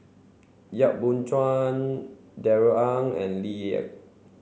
Yap Boon Chuan Darrell Ang and Lee